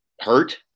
hurt